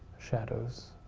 shadows.